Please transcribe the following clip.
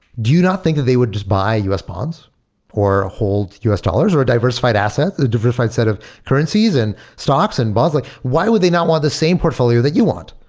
do you not think that they would just buy u s. bonds or hold u s. dollars or a diversified asset, a diversified set of currencies and stocks and bonds? like why would they not want the same portfolio that you want?